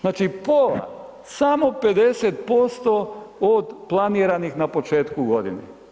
Znači pola, samo 50% od planiranih na početku godine.